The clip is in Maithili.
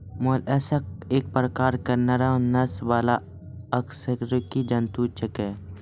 मोलस्क एक प्रकार के नरम नस वाला अकशेरुकी जंतु छेकै